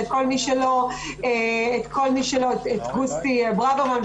את גוסטי ברוורמן,